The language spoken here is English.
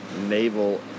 naval